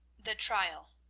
the trial.